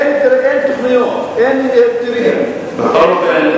אין תוכניות, אין היתרים, בכל אופן,